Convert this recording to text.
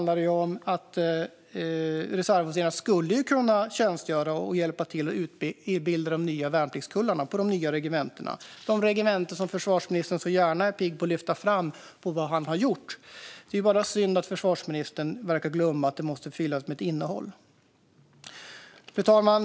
Till exempel skulle reservofficerarna kunna tjänstgöra och hjälpa till att utbilda de nya värnpliktskullarna på de nya regementena - de regementen som försvarsministern är pigg på att lyfta fram för att visa vad han har gjort. Det är bara synd att försvarsministern verkar glömma att det måste fyllas med ett innehåll. Fru talman!